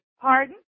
pardon